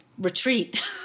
retreat